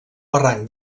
barranc